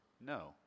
no